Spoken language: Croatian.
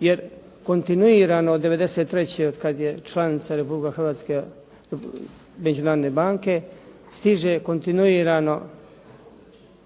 jer kontinuirano 1993. od kad je članica Republika Hrvatska Međunarodne banke stižu kontinuirano